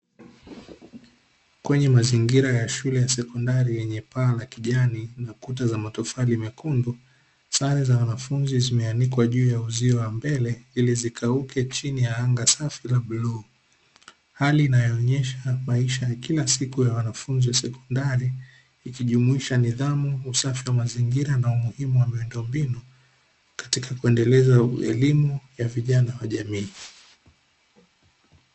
Kwenye mazingira ya shule ya sekondari lenye paa la kijani na kuta za matofali mekundu, sare za wanafunzi zimeanikwa juu ya uzio wa mbele ili zikauke chini ya anga safi la bluu. Hali inayoonesha maisha ya kila siku ya wanafunzi wa sekondari ikijumuisha nidhamu, usafi wa mazingira, na umuhimu wa miundombinu katika kuendeleza elimu ya vijana wa jamii.